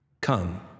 come